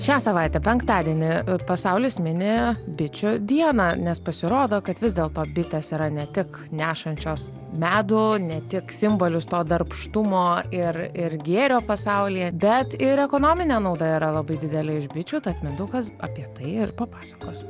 šią savaitę penktadienį pasaulis mini bičių dieną nes pasirodo kad vis dėlto bitės yra ne tik nešančios medų ne tik simbolis to darbštumo ir ir gėrio pasaulyje bet ir ekonominė nauda yra labai didelė iš bičių ta mindaugas apie tai ir papasakos